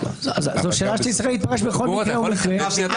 זאת שאלה שתצטרך להתפרש בכל מקרה ומקרה.